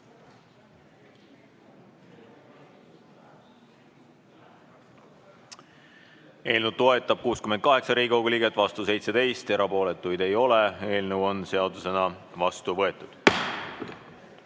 Eelnõu toetab 68 Riigikogu liiget, vastu on 17, erapooletuid ei ole. Eelnõu on seadusena vastu võetud.